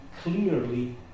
clearly